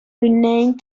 renamed